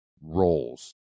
roles